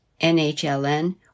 NHLN